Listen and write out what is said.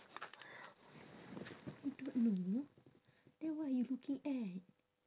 don't know then what you looking at